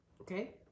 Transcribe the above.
Okay